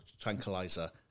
tranquilizer